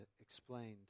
explained